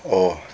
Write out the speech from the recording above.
oh